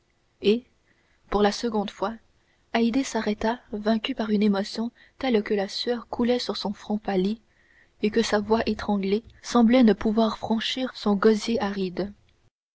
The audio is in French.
et pour la seconde fois haydée s'arrêta vaincue par une émotion telle que la sueur coulait sur son front pâli et que sa voix étranglée semblait ne pouvoir franchir son gosier aride